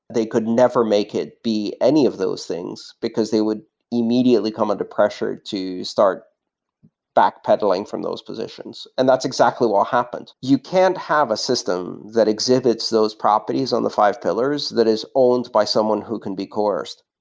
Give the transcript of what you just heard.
could never make it be any of those things, because they would immediately come under pressure to start backpedaling from those positions. and that's exactly what happened. you can have a system that exhibits those properties on the five pillars that is owned by someone who can be coerced.